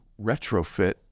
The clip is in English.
retrofit